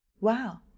Wow